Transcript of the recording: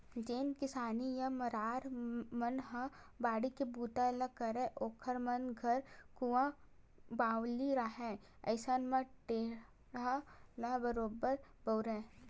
जेन किसान या मरार मन ह बाड़ी के बूता ल करय ओखर मन घर कुँआ बावली रहाय अइसन म टेंड़ा ल बरोबर बउरय